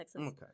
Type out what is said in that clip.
Okay